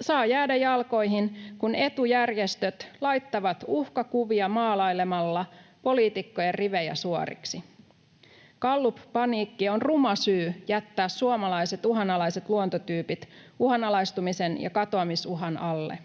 saa jäädä jalkoihin, kun etujärjestöt laittavat uhkakuvia maalailemalla poliitikkojen rivejä suoriksi. Gallup-paniikki on ruma syy jättää suomalaiset uhanalaiset luontotyypit uhanalaistumisen ja katoamisuhan alle.